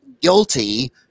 guilty